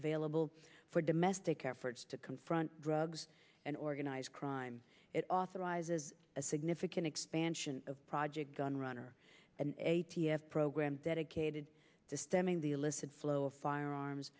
available for domestic efforts to confront drugs and organized crime it authorizes a significant expansion of project gunrunner an a t f program dedicated to stemming the illicit flow of firearms